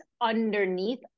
underneath